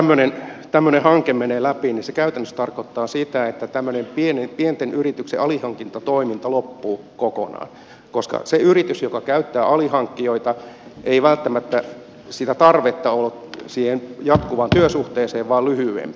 jos tämmöinen hanke menee läpi niin se käytännössä tarkoittaa sitä että tämmöinen pienten yritysten alihankintatoiminta loppuu kokonaan koska sillä yrityksellä joka käyttää alihankkijoita ei välttämättä sitä tarvetta ole siihen jatkuvaan työsuhteeseen vaan lyhyempään